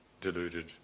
deluded